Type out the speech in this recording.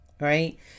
right